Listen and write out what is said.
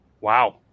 Wow